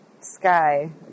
sky